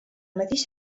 mateix